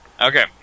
Okay